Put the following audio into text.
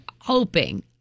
hoping